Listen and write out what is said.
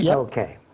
yeah ok.